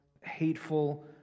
hateful